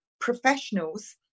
professionals